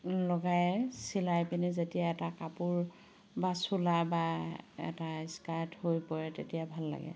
লগাই চিলাই পিনে যেতিয়া এটা কাপোৰ বা চোলা বা এটা স্কাৰ্ট হৈ পৰে তেতিয়া ভাল লাগে